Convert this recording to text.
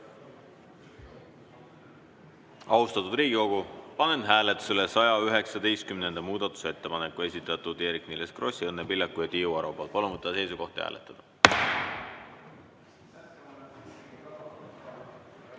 Austatud Riigikogu, panen hääletusele 119. muudatusettepaneku, esitanud Eerik-Niiles Kross, Õnne Pillak ja Tiiu Aro. Palun võtta seisukoht ja hääletada!